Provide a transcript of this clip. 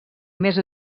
més